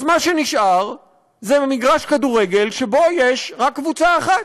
אז מה שנשאר זה מגרש כדורגל שבו יש רק קבוצה אחת: